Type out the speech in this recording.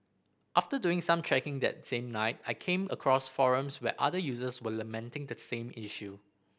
after doing some checking that same night I came across forums where other users were lamenting the same issue